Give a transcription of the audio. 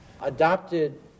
adopted